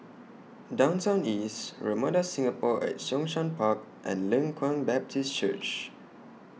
Downtown East Ramada Singapore At Zhongshan Park and Leng Kwang Baptist Church